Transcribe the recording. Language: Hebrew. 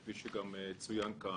כפי שגם צוין כאן,